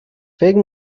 فکر